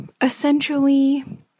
essentially